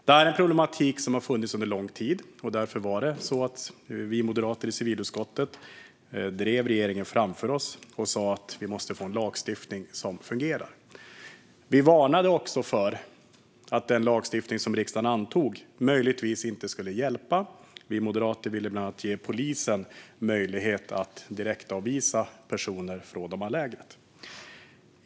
Det här är problem som har funnits länge, och därför har vi moderater i civilutskottet drivit regeringen framför oss och sagt att det måste bli en lagstiftning som fungerar. Vi varnade också för att den lagstiftning som riksdagen antog möjligtvis inte skulle hjälpa. Vi moderater ville bland annat ge polisen möjlighet att direktavvisa personer från dessa läger.